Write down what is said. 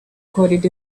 coded